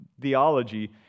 theology